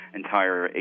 entire